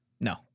No